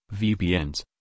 VPNs